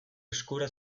eskura